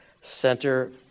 Center